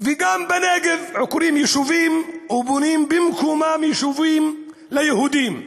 וגם בנגב עוקרים יישובים ובונים במקומם יישובים ליהודים.